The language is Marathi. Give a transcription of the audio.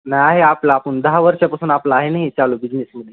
नाही आहे आपलं दहा वर्षापासून आपलं आहे ना ही चालू बिझनेसमध्ये